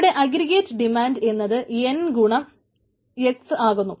ഇവിടെ aggregate demand എന്നത് N ഗുണം x ആകുന്നു